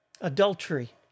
adultery